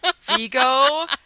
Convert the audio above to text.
Vigo